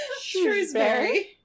Shrewsbury